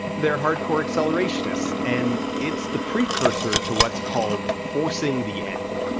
they're hardcore accelerationists, and it's the precursor to what's called forcing the end.